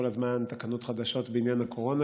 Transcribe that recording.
כל הזמן תקנות חדשות בעניין הקורונה,